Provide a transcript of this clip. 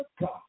God